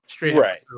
right